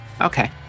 okay